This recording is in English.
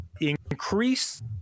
increase